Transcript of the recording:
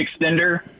extender